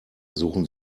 suchen